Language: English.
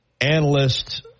analysts